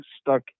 stuck